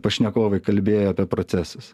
pašnekovai kalbėjo apie procesus